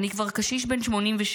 אני כבר קשיש בן 86,